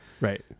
right